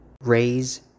Raise